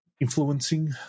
influencing